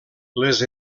les